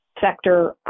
sector